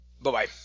Bye-bye